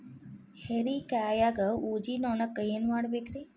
ಹೇರಿಕಾಯಾಗ ಊಜಿ ನೋಣಕ್ಕ ಏನ್ ಮಾಡಬೇಕ್ರೇ?